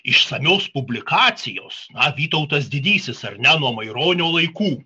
išsamios publikacijos na vytautas didysis ar ne nuo maironio laikų